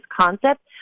concept